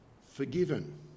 forgiven